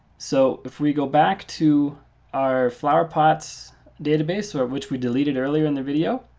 so if we go back to our flowerpots database, sort of which we deleted earlier in the video,